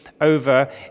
over